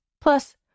Plus